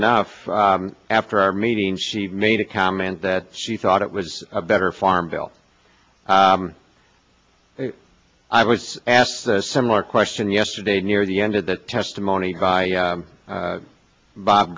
enough after our meeting she made a comment that she thought it was a better farm ville i was asked a similar question yesterday near the end of the testimony by